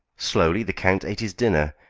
slowly the count ate his dinner,